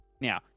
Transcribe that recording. Now